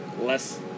less